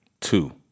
Two